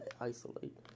isolate